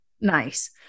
nice